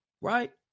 right